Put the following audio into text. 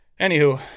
anywho